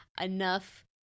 enough